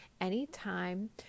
anytime